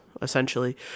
essentially